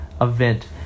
event